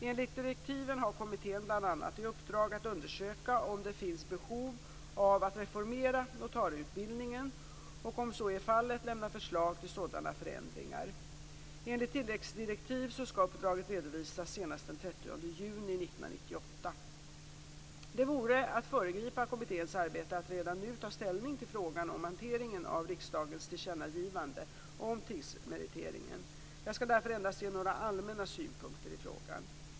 Enligt direktiven har kommittén bl.a. i uppdrag att undersöka om det finns behov av att reformera notarieutbildningen och om så är fallet lämna förslag till sådana förändringar. Enligt tilläggsdirektiv Det vore att föregripa kommitténs arbete att redan nu ta ställning till frågan om hanteringen av riksdagens tillkännagivande om tingsmeriteringen. Jag skall därför endast ge några allmänna synpunkter i frågan.